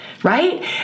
right